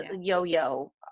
yo-yo